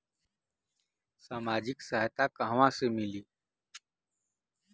सामाजिक सहायता कहवा से मिली?